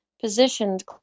positioned